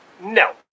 No